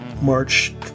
March